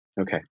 Okay